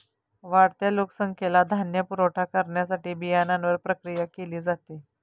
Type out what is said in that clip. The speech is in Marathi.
वाढत्या लोकसंख्येला धान्य पुरवठा करण्यासाठी बियाण्यांवर प्रक्रिया केली जाते